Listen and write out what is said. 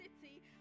city